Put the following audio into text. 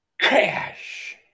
Crash